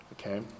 Okay